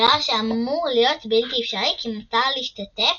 דבר שאמור להיות בלתי אפשרי, כי מותר להשתתף